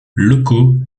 locaux